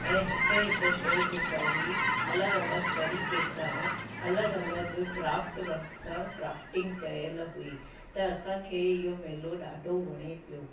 ऐं हिकु हिकु शइ जेका हुई अलॻि अलॻि तरीक़े सां अलॻि अलॻि क्राफ्ट वर्क सां क्राफ्टिंग कयल हुई त असांखे इहो मेलो ॾाढो वणे पियो